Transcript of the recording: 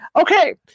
Okay